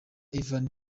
ivan